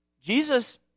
Jesus